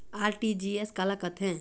RTGS काला कथें?